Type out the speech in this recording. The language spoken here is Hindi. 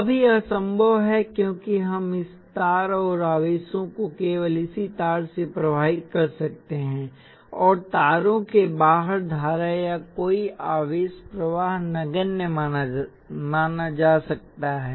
अब यह संभव है क्योंकि हम इस तार और आवेशों को केवल इसी तार से प्रवाहित कर सकते हैं और तारों के बाहर धारा या कोई आवेश प्रवाह नगण्य माना जा सकता है